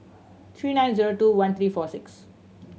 three nine zero two one three four six